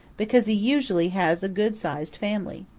because he usually has a good-sized family.